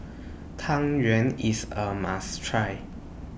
Tang Yuen IS A must Try